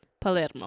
Palermo